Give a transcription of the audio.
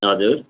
हजुर